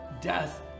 death